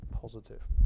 positive